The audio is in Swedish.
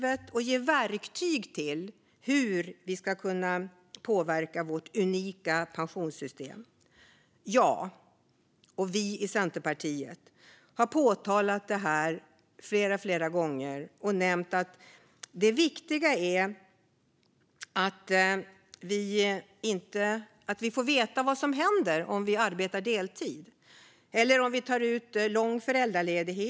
Man måste ge verktyg till människor om hur de kan påverka vårt unika pensionssystem. Jag och vi i Centerpartiet har flera gånger påpekat detta och sagt att det viktiga är att man får veta vad som händer om man arbetar deltid eller om man tar ut lång föräldraledighet.